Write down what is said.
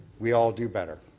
we all do better.